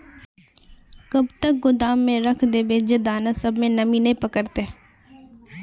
कब तक गोदाम में रख देबे जे दाना सब में नमी नय पकड़ते?